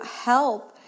help